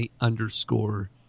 underscore